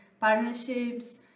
partnerships